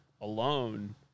alone